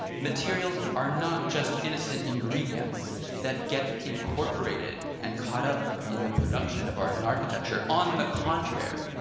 materials are not just innocent ingredients that get incorporated and caught up in the production of art and architecture. on the contrary,